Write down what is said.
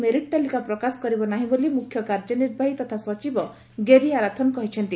merit ତାଲିକା ପ୍ରକାଶ କରିବ ନାହିଁ ବୋଲି ମ୍ରଖ୍ୟ କାର୍ଯ୍ୟନିବାହୀ ତଥା ସଚିବ ଗେରି ଆରାଥନ୍ କହିଛନ୍ତି